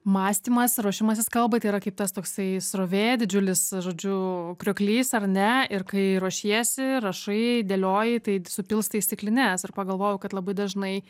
mąstymas ruošimasis kalbai tai yra kaip tas toksai srovė didžiulis žodžiu krioklys ar ne ir kai ruošiesi rašai dėlioji tai supilstai į stiklines ir pagalvojau kad labai dažnai